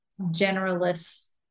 generalists